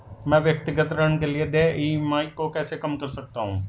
मैं व्यक्तिगत ऋण के लिए देय ई.एम.आई को कैसे कम कर सकता हूँ?